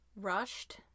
Rushed